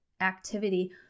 activity